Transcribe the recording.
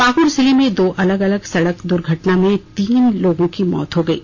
पाकड़ जिले में दो अलग अलग सड़क द्वर्घटना में कल तीन लोगो की मौत हो गयी